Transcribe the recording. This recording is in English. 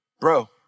Bro